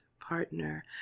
Partner